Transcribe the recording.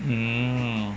mm